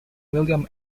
william